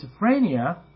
schizophrenia